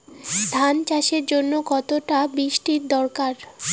ধান চাষের জন্য কতটা বৃষ্টির দরকার?